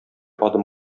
адым